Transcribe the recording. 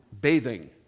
bathing